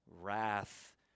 wrath